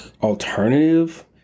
alternative